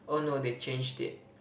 oh no they changed it